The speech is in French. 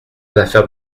affaires